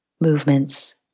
movements